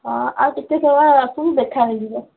ହଁ ଆଉ ଟିକେ ସମୟ ଆସନ୍ତୁ ଦେଖା ହୋଇଯିବ